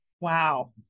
Wow